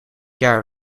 jaar